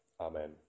amen